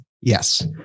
Yes